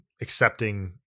accepting